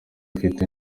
dufite